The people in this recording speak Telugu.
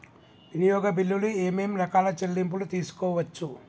వినియోగ బిల్లులు ఏమేం రకాల చెల్లింపులు తీసుకోవచ్చు?